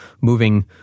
moving